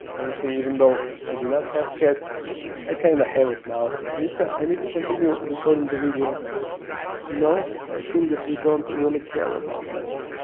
let me see even though i do not have kept i kind of have it now meatza i need to continue recording the video you know, and i think that you don't really care about that.